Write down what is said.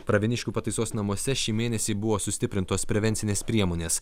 pravieniškių pataisos namuose šį mėnesį buvo sustiprintos prevencinės priemonės